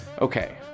Okay